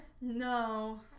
no